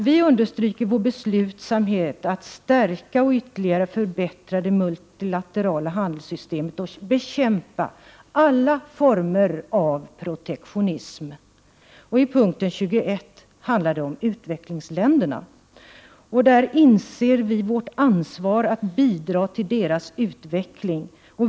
Vi understryker vår beslutsamhet att stärka och ytterligare förbättra det multilaterala handelssystemet och bekämpa alla former av protektionism.” I punkten 21 handlar det om u-länderna och att vi inser vårt ansvar att bidra till deras utveckling.